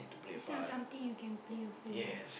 is not something you can play a fool of